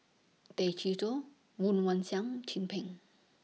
Tay Chee Toh Woon Wah Siang Chin Peng